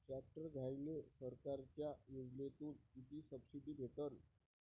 Tractor घ्यायले सरकारच्या योजनेतून किती सबसिडी भेटन?